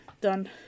done